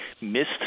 missed